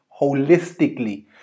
holistically